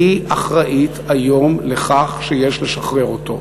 והיא אחראית היום לכך שיש לשחרר אותו.